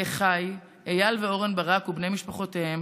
לאחיי איל ואורן ברק ובני משפחותיהם,